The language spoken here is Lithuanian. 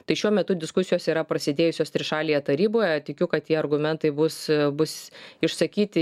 tai šiuo metu diskusijos yra prasidėjusios trišalėje taryboje tikiu kad tie argumentai bus bus išsakyti